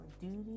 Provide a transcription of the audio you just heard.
duty